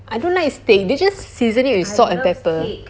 I don't like steak they just season it with salt and pepper